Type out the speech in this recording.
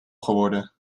geworden